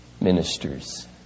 Ministers